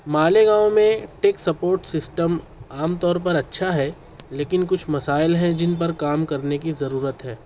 ماليگاؤں ميں tech support system عام طور پر اچھا ہے لیکن کچھ مسائل ہیں جن پر کام کرنے کی ضرورت ہے